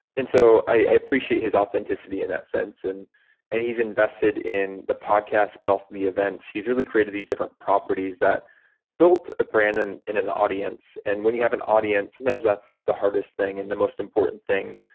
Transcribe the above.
and so i appreciate his authenticity in that sense, and and he's invested in the podcast, but also the events. he's really created these different properties that built a brand and and an audience. and when you have an audience, sometimes that's the hardest thing and the most important thing,